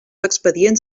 expedients